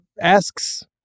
asks